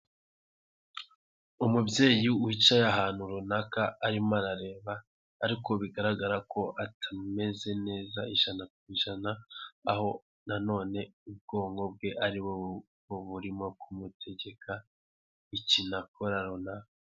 Umubyeyi wicaye ahantu runaka arimo arareba, ariko bigaragara ko atameze neza ijana ku ijana, aho na none ubwonko bwe ari bwo burimo kumutegeka ikintu akora runaka.